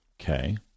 Okay